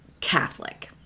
Catholic